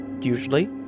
usually